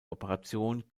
operation